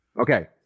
okay